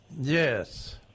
Yes